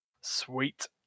Sweet